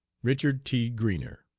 richard t. greener.